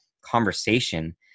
conversation